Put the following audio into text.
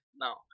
No